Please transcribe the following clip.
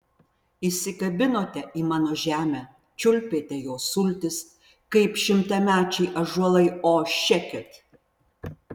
įsikabinote į mano žemę čiulpėte jos sultis kaip šimtamečiai ąžuolai o šekit